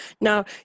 Now